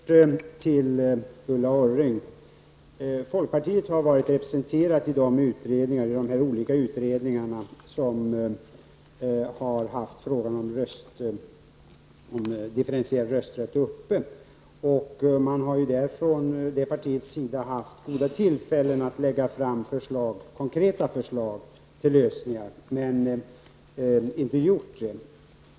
Fru talman! Folkpartiet har, Ulla Orring, varit representerat i de olika utredningar som har ägnat sig åt frågan om differentierad rösträtt. Man har från det partiets sida haft flera tillfällen att lägga fram konkreta förslag till lösningar, men man har inte gjort det.